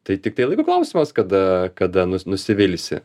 tai tiktai laiko klausimas kada kada nusi nusivilsi